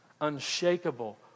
unshakable